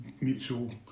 mutual